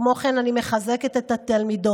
כמו כן, אני מחזקת את התלמידות,